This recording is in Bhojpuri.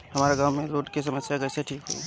हमारा गाँव मे रोड के समस्या कइसे ठीक होई?